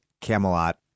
Camelot